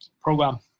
program